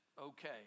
okay